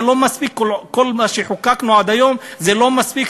שכל מה שחוקקנו עד היום זה לא מספיק,